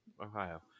ohio